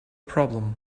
problem